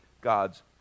God's